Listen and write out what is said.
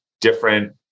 different